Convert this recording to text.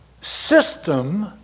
system